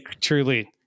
truly